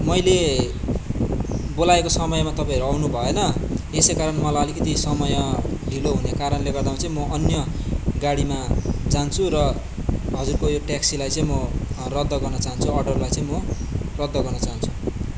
मैले बोलाएको समयमा तपाईँहरू आउनु भएन यसैकरण मलाई अलिकति समय ढिलो हुने कारणले गर्दामा चाहिँ म अन्य गाडीमा जान्छु र हजुरको यो ट्याक्सीलाई चाहिँ म रद्द गर्नु चाहन्छु अर्डरलाई चाहिँ म रद्द गर्न चाहन्छु